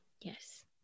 Yes